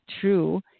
true